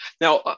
Now